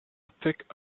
thick